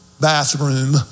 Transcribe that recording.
bathroom